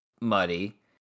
muddy